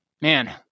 man